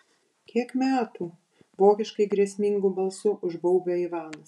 kiek metų vokiškai grėsmingu balsu užbaubia ivanas